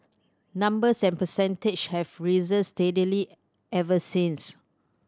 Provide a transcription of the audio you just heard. numbers and percentage have risen steadily ever since